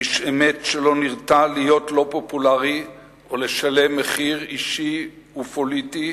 איש אמת שלא נרתע להיות לא פופולרי ולשלם מחיר אישי ופוליטי,